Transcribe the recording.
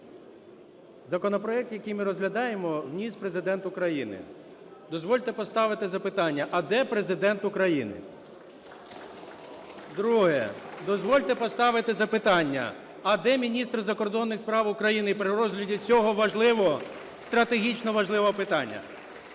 Законопроект, який ми розглядаємо, вніс Президент України. Дозвольте поставити запитання: а де Президент України? Друге. Дозвольте поставити запитання: а де міністр закордонних справ України при розгляді цього важливого, стратегічно важливого питання?